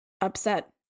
upset